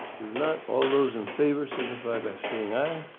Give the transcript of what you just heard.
if not, all those in favor signify by saying, aye.